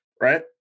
right